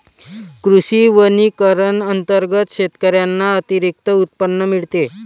कृषी वनीकरण अंतर्गत शेतकऱ्यांना अतिरिक्त उत्पन्न मिळते